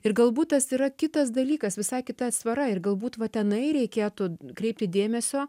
ir galbūt tas yra kitas dalykas visai kita atsvara ir galbūt va tenai reikėtų kreipti dėmesio